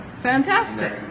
Fantastic